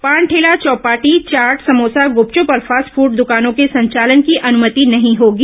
पान ठेला चौपाटी चाट समोसा गुपचुप और फास्ट फूड दुकानों के संचालन की अनुमति नहीं होगी